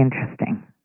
interesting